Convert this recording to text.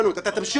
זמן.